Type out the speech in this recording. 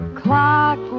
clock